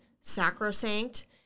sacrosanct